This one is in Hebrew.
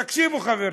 תקשיבו, חברים.